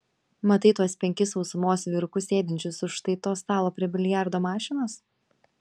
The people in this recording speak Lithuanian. matai tuos penkis sausumos vyrukus sėdinčius už štai to stalo prie biliardo mašinos